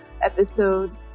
episode